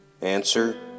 Answer